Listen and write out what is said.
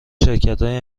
شرکتهای